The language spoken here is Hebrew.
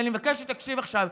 ואני מבקשת שתקשיב עכשיו.